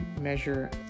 measure